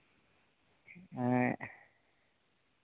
ᱮᱸᱜ